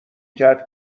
کرد